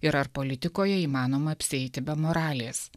ir ar politikoje įmanoma apsieiti be moralės